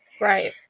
Right